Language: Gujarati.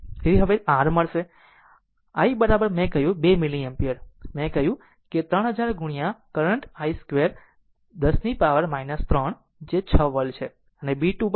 તેથી હવે તે r મળશે જેને કરો i મેં કહ્યું 2 મિલી એમ્પીયર b 1 મેં કહ્યું કે 3000 કરંટ i 2 10 નીપાવર 3 જે 6 વોલ્ટ છે